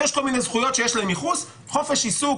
יש כל מיני זכויות שיש להן ייחוס חופש עיסוק,